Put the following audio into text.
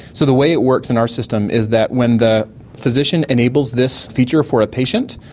so the way it works in our system is that when the physician enables this feature for a patient,